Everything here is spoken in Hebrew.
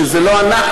שזה לא אנחנו,